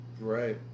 Right